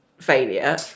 failure